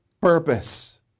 purpose